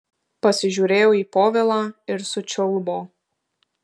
pasižiūrėjo į povilą ir sučiulbo